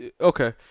Okay